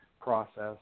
process